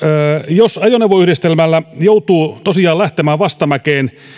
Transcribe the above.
jos ajoneuvoyhdistelmällä joutuu tosiaan lähtemään vastamäkeen